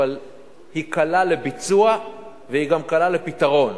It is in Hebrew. אבל היא קלה לביצוע והיא גם קלה לפתרון,